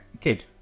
Kid